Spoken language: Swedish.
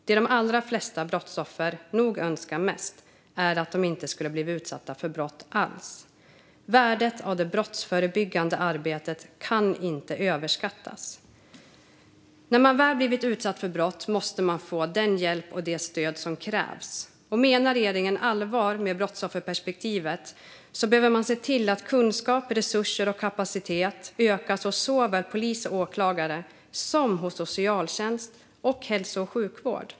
Det de allra flesta brottsoffer nog önskar mest är att de inte alls hade blivit utsatta för brott. Värdet av det brottsförebyggande arbetet kan inte överskattas. När man väl blivit utsatt för brott måste man få den hjälp och det stöd som krävs. Menar regeringen allvar med brottsofferperspektivet behöver man se till att kunskap, resurser och kapacitet ökas såväl hos polis och åklagare som hos socialtjänst och hälso och sjukvård.